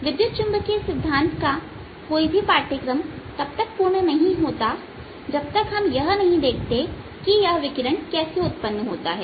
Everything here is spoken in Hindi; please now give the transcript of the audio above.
विद्युत चुंबकीय सिद्धांत का कोई भी पाठ्यक्रम तब तक पूर्ण नहीं होता जब तक हम यह नहीं देखते कि यह विकिरण कैसे उत्पन्न होता है